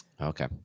Okay